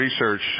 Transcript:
research